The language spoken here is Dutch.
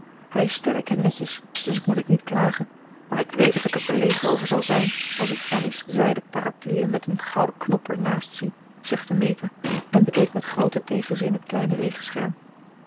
hij is sterk en netjes dus moet ik niet klagen maar ik weet dat ik er verlegen over zal zijn als ik annie's zijden parapluie met een gouden knop er naast zie zuchtte meta en bekeek met grooten tegenzin het kleine